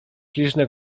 liczne